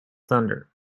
thunder